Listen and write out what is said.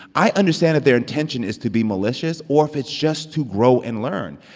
i understand that their intention is to be malicious or if it's just to grow and learn.